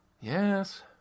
Yes